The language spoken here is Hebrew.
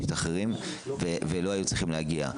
משתחררים ולא היו צריכים להגיע.